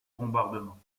bombardements